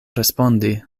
respondi